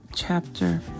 Chapter